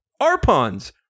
Arpons